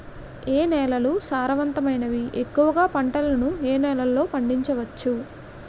ఏ నేలలు సారవంతమైనవి? ఎక్కువ గా పంటలను ఏ నేలల్లో పండించ వచ్చు?